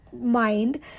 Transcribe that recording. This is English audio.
mind